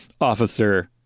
Officer